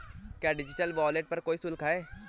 क्या digital wallet पर कोई शुल्क है?